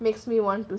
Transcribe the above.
makes me want to